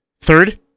Third